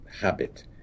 habit